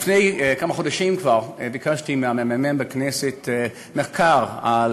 כבר לפני כמה חודשים ביקשתי מהממ"מ של הכנסת מחקר על